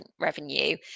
revenue